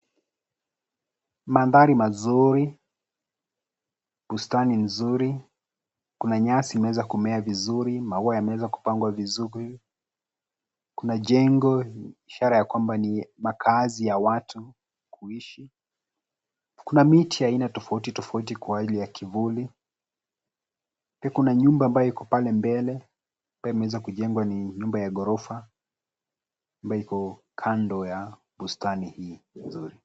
Mandhari mazuri, bustani nzuri, kuna nyasi inaweza kumea vizuri, maua yameweza kupangwa vizuri, kuna jengo ishara ya kwamba ni makaazi ya watu kuishi, kuna miti aina tofauti tofauti kwa ajili ya kivuli, pia kuna nyumba ambayo iko pale mbele, pia imeweza kujengwa ni nyumba ya ghorofa, ambayo iko kando ya bustani hii nzuri.